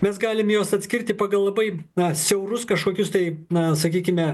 mes galim juos atskirti pagal labai siaurus kažkokius tai na sakykime